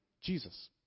Jesus